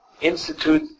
institute